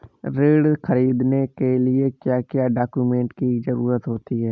ऋण ख़रीदने के लिए क्या क्या डॉक्यूमेंट की ज़रुरत होती है?